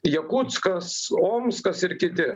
jakutskas omskas ir kiti